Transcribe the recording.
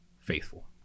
faithful